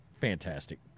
fantastic